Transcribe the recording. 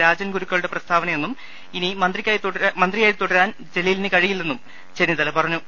രാ ജൻ ഗുരുക്കളുടെ പ്രസ്താവനയെന്നും ഇനി മന്ത്രിയായി തുട രാൻ ജലീലിന് കഴിയില്ലെന്നും ചെന്നിത്തല പറഞ്ഞു